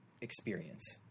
experience